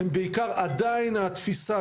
הם בעיקר עדיין התפיסה,